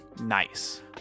nice